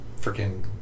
Freaking